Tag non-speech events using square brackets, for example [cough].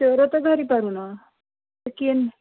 ଚୋର ତ ଧରି ପାରୁନ [unintelligible]